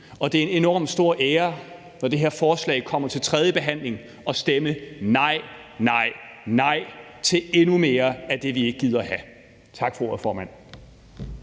og det er en enormt stor ære, når det her forslag kommer til tredje behandling, at stemme nej, nej, nej til endnu mere af det, vi ikke gider have. Tak for ordet, formand.